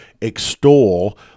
extol